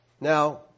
Now